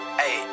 hey